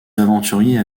aventuriers